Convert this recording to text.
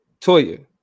Toya